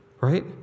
Right